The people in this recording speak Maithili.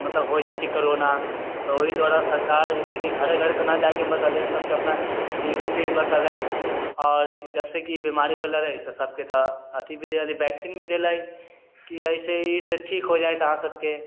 मतलब हो जाइ छै कोरोना त ओहि दुआरे सरकार जे छै कि घरे घरे तऽ नहि जाके बतेलै सबके अपना टी वी पर ही बतेलै आओर जबसे कि बीमारी होले रहै तऽ सबके तऽ अथी भी दे रहले वैक्सीन भी देलै कि एहिसँ ठीक हो जाएत अहाँ सबके